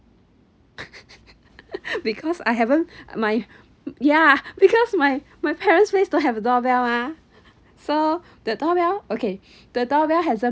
because I haven't my ya because my my parent's place don't have a doorbell mah so the doorbell okay the doorbell hasn't